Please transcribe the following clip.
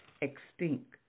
extinct